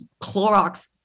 Clorox